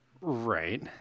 Right